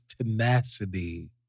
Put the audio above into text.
tenacity